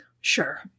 Sure